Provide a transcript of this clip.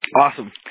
Awesome